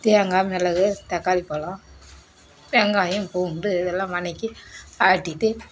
தேங்காய் மிளகு தக்காளி பழம் வெங்காயம் பூண்டு இதெல்லாம் வதக்கி ஆட்டிவிட்டு